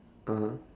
(uh huh)